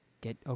get